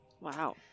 Wow